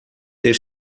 ter